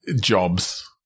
jobs